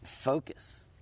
focus